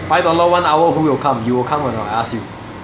five dollar one hour who will come you will come or not I ask you